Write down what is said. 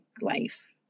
life